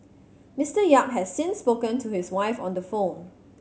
Mister Yap has since spoken to his wife on the phone